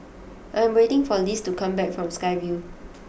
I am waiting for Lisle to come back from Sky Vue